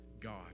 God